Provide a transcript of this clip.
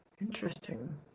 Interesting